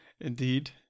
Indeed